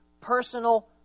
personal